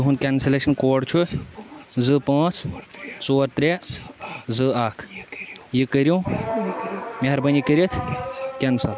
تُہُنٛد cancellation code چھُ زٕ پانٛژھ ژور ترٛےٚ زٕ اکھ یہِ کٔرِو مہربٲنی کٔرِتھ کٮینسل